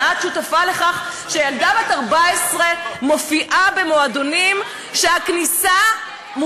ואת שותפה לכך שילדה בת 14 מופיעה במועדונים שהכניסה אליהם